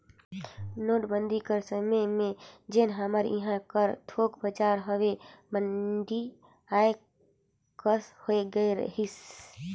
नोटबंदी कर समे में जेन हमर इहां कर थोक बजार हवे मंदी आए कस होए गए रहिस